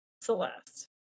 Celeste